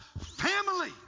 family